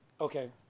Okay